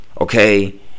okay